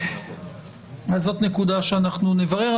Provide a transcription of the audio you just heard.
זאת נקודה שאנחנו נברר,